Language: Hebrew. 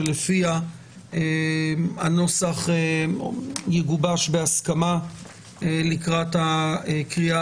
שלפיה הנוסח יגובש בהסכמה לקראת הקריאה